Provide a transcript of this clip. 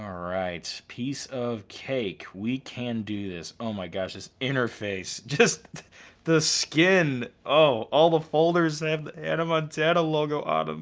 alright, piece of cake. we can do this. oh my gosh, this interface. just the skin. oh, all the folders have the hannah montana logo on em.